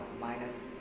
minus